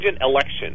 election